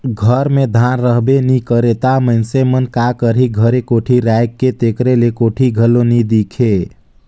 घर मे धान रहबे नी करे ता मइनसे मन का करही घरे कोठी राएख के, तेकर ले कोठी घलो नी दिखे